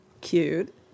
Cute